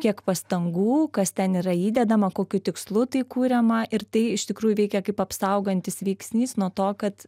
kiek pastangų kas ten yra įdedama kokiu tikslu tai kuriama ir tai iš tikrųjų veikia kaip apsaugantis veiksnys nuo to kad